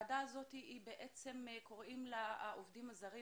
והוועדה הזאת הולכת לתת מענה לאוכלוסיה הסיעודית,